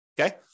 Okay